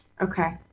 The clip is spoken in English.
okay